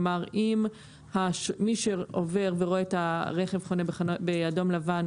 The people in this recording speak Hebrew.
כלומר מי שעובר ורואה את הרכב חונה באדום לבן,